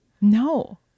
No